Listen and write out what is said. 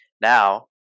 Now